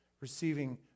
receiving